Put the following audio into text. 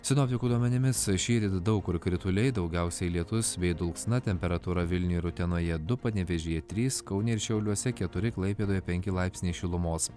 sinoptikų duomenimis šįryt daug kur krituliai daugiausiai lietus dulksna temperatūra vilniuje ir utenoje du panevėžyje trys kaune ir šiauliuose keturi klaipėdoje penki laipsniai šilumos